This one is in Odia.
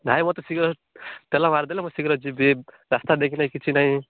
ଭାଇ ମୋତେ ଶୀଘ୍ର ତେଲ ମାରିଦେଲେ ମୁଁ ଶୀଘ୍ର ଯିବି ରାସ୍ତା ଦେଖିନାହିଁ କିଛି ନାହିଁ